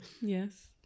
Yes